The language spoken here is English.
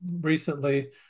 recently